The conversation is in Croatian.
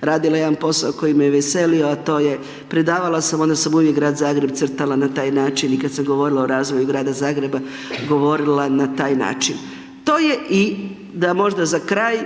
radila jedan posao koji me je veselio a to je predavala sam, onda sam uvijek grad Zagreb crtala na taj način i kad sam govorila o razviju grada Zagreba, govorila na taj način. To je da možda za kraj,